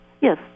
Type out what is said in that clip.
yes